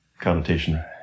connotation